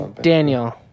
Daniel